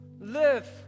Live